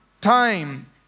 time